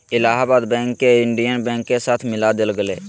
Allahabad bank के Indian bank के साथ मिला देल गेले